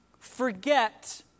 forget